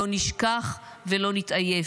לא נשכח ולא נתעייף.